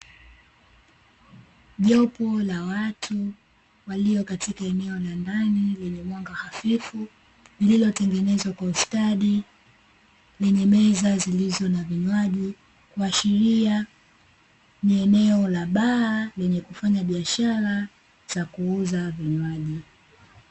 Jopo la watu walio katika eneo la ndani lenye mwanga hafifu, lililotengenezwa kwa ustadi, lenye meza zilizo na vinywaji kuashiria ni eneo la baa lenye kufanya biashara za kuuza vinywaji.